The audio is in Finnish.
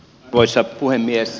arvoisa puhemies